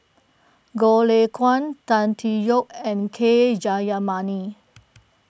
Goh Lay Kuan Tan Tee Yoke and K Jayamani